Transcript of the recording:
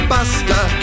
Buster